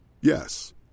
Yes